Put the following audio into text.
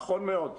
נכון מאוד.